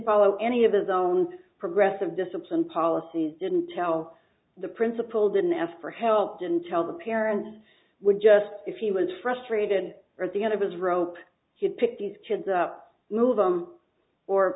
follow any of his own progressive discipline policies didn't tell the principal didn't ask for help didn't tell the parents would just if he was frustrated or at the end of his rope to pick these kids up move them or